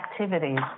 activities